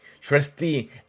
trustee